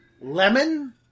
Lemon